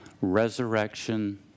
Resurrection